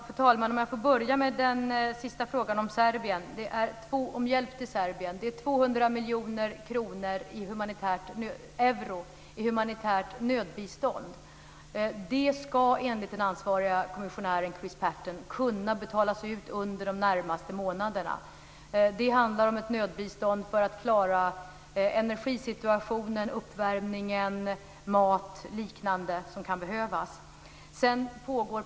Fru talman! Om jag får börja med frågan om hjälp till Serbien, är det 200 miljoner euro i humanitärt nödbistånd. Det ska enligt den ansvarige kommissionären Chris Patten kunna betalas ut under de närmaste månaderna. Det handlar om ett nödbistånd för att klara energisituationen, uppvärmningen, maten och liknande som kan behövas.